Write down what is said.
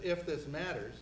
if this matters